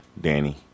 Danny